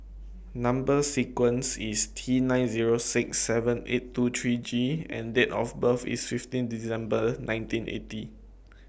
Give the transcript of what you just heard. Number sequence IS T nine Zero six seven eight two three G and Date of birth IS fifteen December nineteen eighty